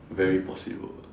very possible